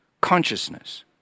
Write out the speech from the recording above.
consciousness